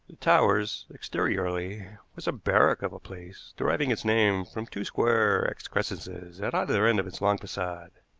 the towers, exteriorly, was a barrack of a place, deriving its name from two square excrescences at either end of its long facade.